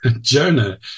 Jonah